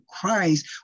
Christ